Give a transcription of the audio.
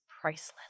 priceless